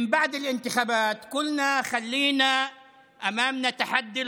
אחרי הבחירות אמרנו: יש לפנינו אתגר)